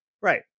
right